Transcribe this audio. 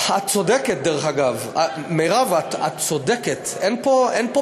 אבל מה אדוני מציע לעשות עם הילדים